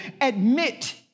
admit